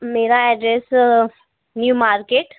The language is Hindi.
मेरा एड्रेस न्यू मार्केट